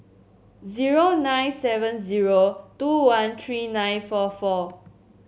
zero nine seven zero two one tree nine four four